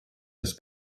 das